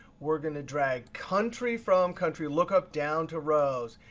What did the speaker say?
we're going to drag country from country lookup down to rows.